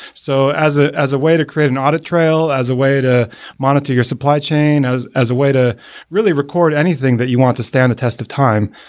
so as ah as a way to create an audit trail, as a way to monitor your supply chain, as as way to really record anything that you want to stand the test of time,